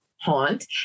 haunt